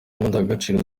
n’indangagaciro